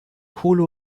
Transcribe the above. kohle